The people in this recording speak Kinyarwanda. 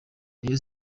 rayon